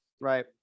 Right